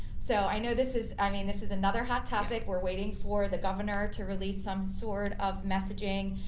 so i know this is, i mean, this is another hot topic we're waiting for the governor to release some sort of messaging.